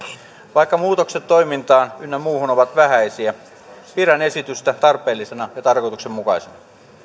vaikka muutokset toimintaan ynnä muuhun ovat vähäisiä pidän esitystä tarpeellisena ja tarkoituksenmukaisena